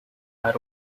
are